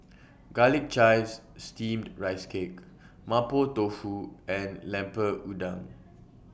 Garlic Chives Steamed Rice Cake Mapo Tofu and Lemper Udang